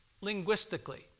linguistically